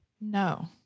no